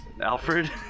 Alfred